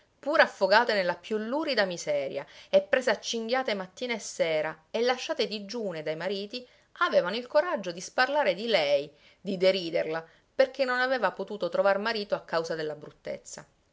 pur affogate nella più lurida miseria e prese a cinghiate mattina e sera e lasciate digiune dai mariti avevano il coraggio di sparlare di lei di deriderla perché non aveva potuto trovar marito a causa della bruttezza